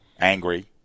angry